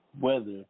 weather